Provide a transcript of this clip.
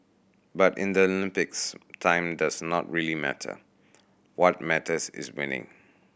but in the Olympics time does not really matter what matters is winning